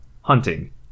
hunting